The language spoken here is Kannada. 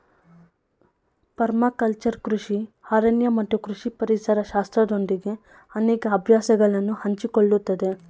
ಪರ್ಮಾಕಲ್ಚರ್ ಕೃಷಿ ಅರಣ್ಯ ಮತ್ತು ಕೃಷಿ ಪರಿಸರ ಶಾಸ್ತ್ರದೊಂದಿಗೆ ಅನೇಕ ಅಭ್ಯಾಸಗಳನ್ನು ಹಂಚಿಕೊಳ್ಳುತ್ತದೆ